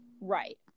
Right